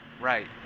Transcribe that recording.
right